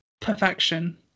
perfection